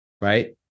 right